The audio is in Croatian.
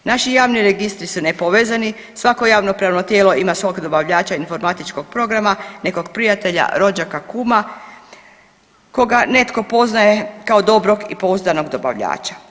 Naši javni registru su nepovezani, svako javnopravno tijelo ima svoga dobavljača informatičkog programa, nekog prijatelja, rođaka, kuma koga netko poznaje kao dobrog i pouzdanog dobavljača.